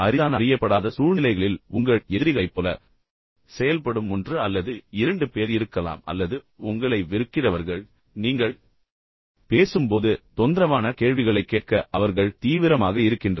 அரிதான அறியப்படாத சூழ்நிலைகளில் உங்கள் எதிரிகளைப் போல செயல்படும் ஒன்று அல்லது இரண்டு பேர் இருக்கலாம் அல்லது உங்களை வெறுக்கிறவர்கள் அவர்களுக்கு உங்களைப் பிடிக்கவில்லை நீங்கள் பேசும்போது தொந்தரவான கேள்விகளைக் கேட்க அவர்கள் தீவிரமாக இருக்கின்றனர்